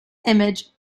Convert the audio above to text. image